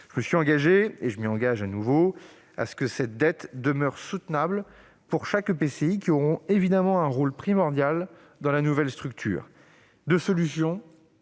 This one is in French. Je me suis engagé, et je m'y engage de nouveau, à ce que cette dette demeure soutenable pour les EPCI qui auront évidemment un rôle primordial dans la nouvelle structure. Deux solutions